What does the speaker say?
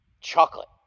chocolate